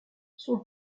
son